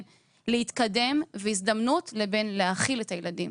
להתקדם והזדמנות לבין להאכיל את הילדים.